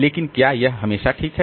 लेकिन क्या यह हमेशा ठीक है